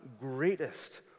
greatest